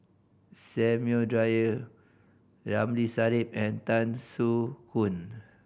Samuel Dyer Ramli Sarip and Tan Soo Khoon